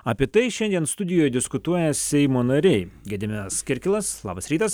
apie tai šiandien studijoj diskutuoja seimo nariai gediminas kirkilas labas rytas